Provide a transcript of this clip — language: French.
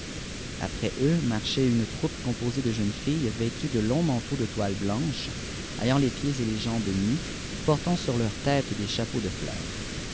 après eux marchait une troupe composée de jeunes filles vêtues de longs manteaux de toile blanche ayant les pieds et jambes nus portant sur leurs têtes des chapeaux de fleurs